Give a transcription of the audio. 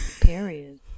period